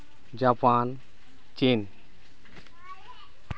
Japan China